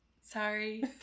Sorry